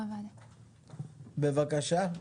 בבקשה.